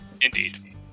indeed